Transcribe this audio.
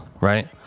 Right